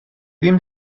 ddim